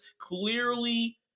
Clearly